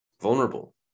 vulnerable